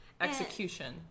execution